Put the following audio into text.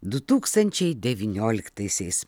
du tūkstančiai devynioliktaisiais